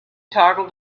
toggle